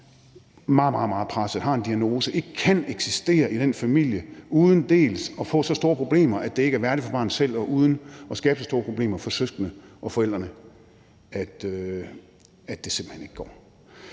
meget, meget presset, har en diagnose og ikke kan eksistere i den familie uden at få så store problemer, at det ikke er værdigt for barnet selv, og uden at skabe så store problemer for søskende og forældre, at det simpelt hen ikke går.